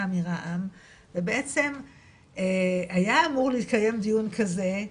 מרע"מ ובעצם היה אמור להתקיים דיון כזה,